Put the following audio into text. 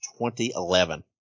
2011